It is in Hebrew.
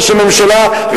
ראש הממשלה,